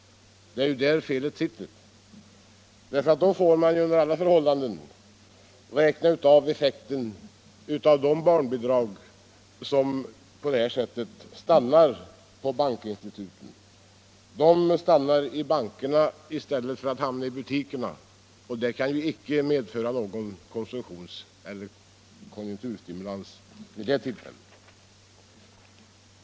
Det är där felet ligger. Då får man under alla förhållanden räkna bort effekten av de barnbidrag som på detta sätt stannar på bankinstituten i stället för att hamna i butikerna; de pengarna kan därför icke medföra någon konsumtionseller konjunkturstimulans för tillfället.